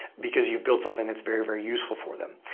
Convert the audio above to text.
because you've built something that's very, very useful for them.